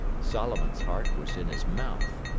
solomon's heart was in his mouth.